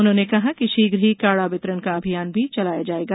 उन्होंने कहा कि शीघ्र ही काढ़ा वितरण का भी अभियान चलाया जाएगा